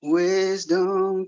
wisdom